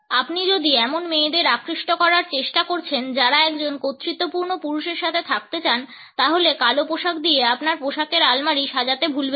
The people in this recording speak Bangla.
আপনি যদি এমন মেয়েদের আকৃষ্ট করার চেষ্টা করছেন যারা একজন কর্তৃত্বপূর্ণ পুরুষের সাথে থাকতে চান তাহলে কালো পোশাক দিয়ে আপনার পোশাকের আলমারি সাজাতে ভুলবেন না